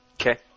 Okay